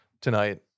tonight